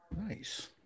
Nice